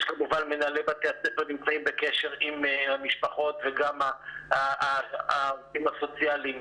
כמובן שמנהלי בתי הספר נמצאים בקשר עם המשפחות וגם העובדים הסוציאליים.